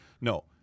no